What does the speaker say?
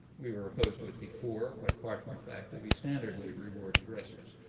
we were opposed to it before, quite apart from the fact that we standardly reward aggressors,